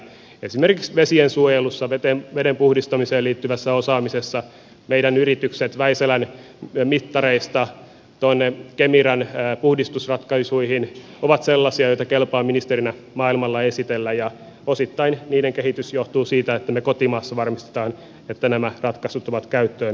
esimerkiksi vesiensuojelussa veden puhdistamiseen liittyvässä osaamisessa meidän yritykset väisälän mittareista kemiran puhdistusratkaisuihin ovat sellaisia joita kelpaa ministerinä maailmalla esitellä ja osittain niiden kehitys johtuu siitä että me kotimaassa varmistamme että nämä ratkaisut on otettu käyttöön